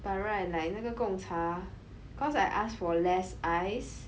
but right like 那个 Gong Cha cause I ask for less ice